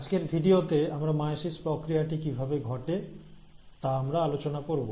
আজকের ভিডিওতে মায়োসিস প্রক্রিয়াটি কীভাবে ঘটে তা আমরা আলোচনা করব